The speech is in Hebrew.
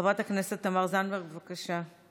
חברת הכנסת תמר זנדברג, בבקשה.